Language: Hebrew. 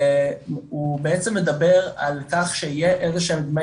הוא בעצם מדבר על כך שיהיה איזשהם דמי